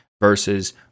versus